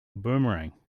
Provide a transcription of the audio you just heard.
boomerang